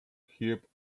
heap